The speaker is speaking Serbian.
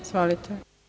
Izvolite.